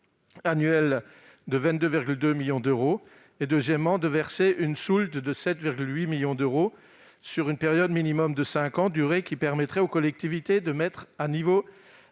annuel de 22,2 millions d'euros et pour verser une soulte de 7,8 millions d'euros sur une période minimum de cinq ans, durée qui permettrait aux collectivités de mettre à niveau